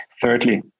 Thirdly